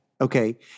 Okay